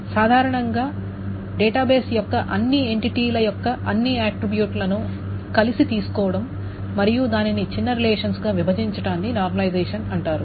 సాధారణంగా డేటాబేస్ యొక్క అన్ని ఎంటిటీల యొక్క అన్ని ఆట్రిబ్యూట్లను కలిసి తీసుకోవడం మరియు దానిని చిన్న రిలేషన్స్ గా విభజించటాన్ని నార్మలైజెషన్ అంటారు